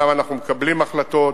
שם אנחנו מקבלים החלטות